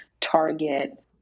target